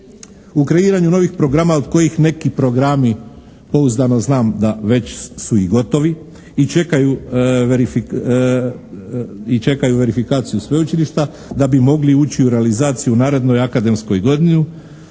U kreiranju novih programa od kojih neki programi, pouzdano znam da već su i gotovi i čekaju verifikaciju sveučilišta da bi mogli ući u realizaciju u narednoj akademskoj godini.